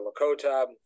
Lakota